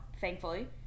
thankfully